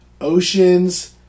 Oceans